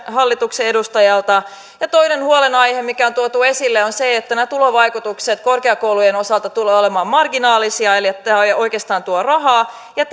hallituksen edustajalta ja toinen huolenaihe mikä on tuotu esille on se että nämä tulovaikutukset korkeakoulujen osalta tulevat olemaan marginaalisia eli tämä ei oikeastaan tuo rahaa ja